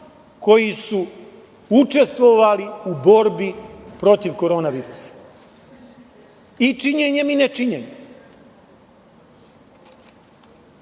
koji su učestvovali u borbi protiv Koronavirusa i činjenjem i ne činjenjem. Ono